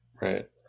Right